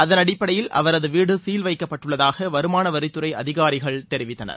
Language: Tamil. அதன் அடிப்படையில் அவரது வீடு சீல் வைக்கப்பட்டுள்ளதாக வருமானவரித்துறை அதிகாரிகள் தெரிவித்தனர்